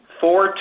four